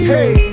Hey